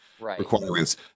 requirements